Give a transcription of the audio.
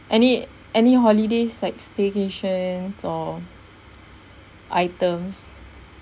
any any holidays like staycation or items